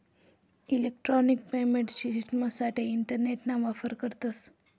electronic payment शिश्टिमसाठे इंटरनेटना वापर करतस